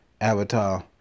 Avatar